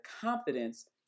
confidence